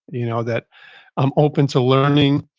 you know that i'm open to learning.